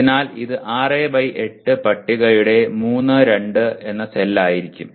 അതിനാൽ ഇത് 6 ബൈ 8 പട്ടികയുടെ 3 2 സെൽ ആയിരിക്കും